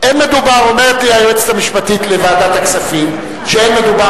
אומרת לי היועצת המשפטית לוועדת הכספים שאין מדובר